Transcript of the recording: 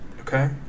Okay